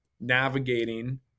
navigating